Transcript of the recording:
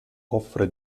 offre